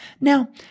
Now